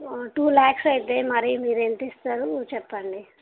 two lakhs అవుతాయి మరి మీరు ఎంత ఇస్తారు చెప్పండి